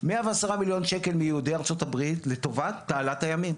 110 מיליון שקל מיהודי ארצות הברית לטובת תעלת הימים,